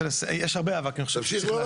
יש הרבה אבק, אני חושב שצריך להסיר.